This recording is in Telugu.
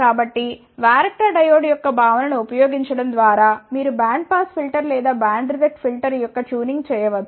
కాబట్టి వ్యారక్టర్ డయోడ్ యొక్క భావనను ఉపయోగించడం ద్వారా మీరు బ్యాండ్ పాస్ ఫిల్టర్ లేదా బ్యాండ్ రిజెక్ట్ ఫిల్టర్ యొక్క ట్యూనింగ్ చేయ వచ్చు